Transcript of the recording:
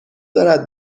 دارد